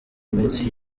minsi